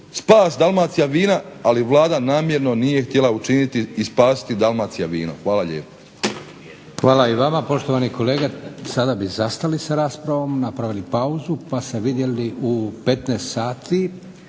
spas Dalmacijavina ali Vlada namjerno nije htjela učiniti i spasiti Dalmacijavino. Hvala lijepo.